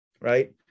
right